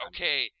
Okay